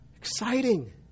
exciting